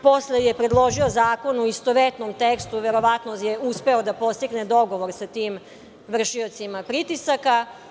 Posle je predložio zakon u istovetnom tekstu, verovatno je uspeo da postigne dogovor sa tim vršiocima pritisaka.